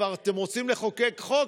אתם כבר רוצים לחוקק חוק,